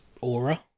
aura